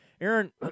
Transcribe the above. Aaron